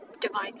divine